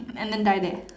and then die there